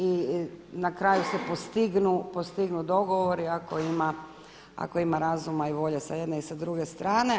I na kraju se postignu dogovori ako ima razuma i volje sa jedne i sa druge strane.